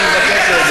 תרד מהדוכן.